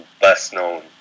best-known